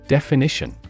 Definition